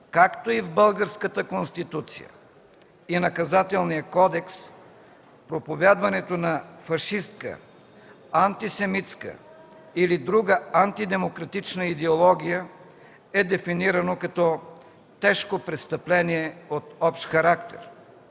както и в Българската конституция и Наказателният кодекс, проповядването на фашистка, антисемитска или друга антидемократична идеология е дефинирано като тежко престъпление от общ характер.